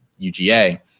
uga